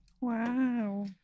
Wow